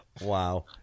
wow